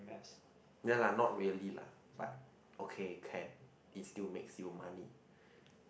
as